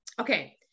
Okay